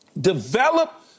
develop